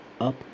up